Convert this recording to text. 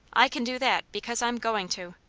i can do that, because i'm going to!